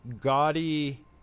gaudy